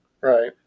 right